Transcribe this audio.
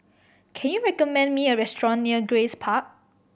can you recommend me a restaurant near Grace Park